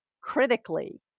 critically